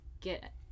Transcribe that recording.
get